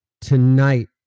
tonight